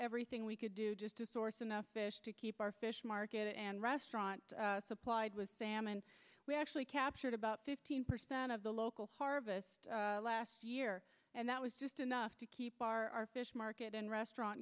everything we could do just to source enough fish to keep our fish market and restaurant supplied with salmon we actually captured about fifteen percent of the local harvest last year and that was just enough to keep our fish market and restaurant